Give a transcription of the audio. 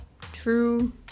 true